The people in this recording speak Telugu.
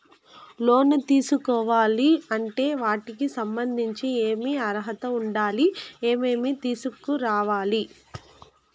లోను తీసుకోవాలి అంటే వాటికి సంబంధించి ఏమి అర్హత ఉండాలి, ఏమేమి తీసుకురావాలి